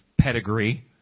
pedigree